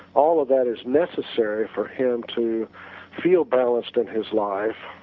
all of that is necessary for him to feel balanced in his life,